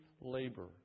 labor